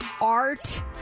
art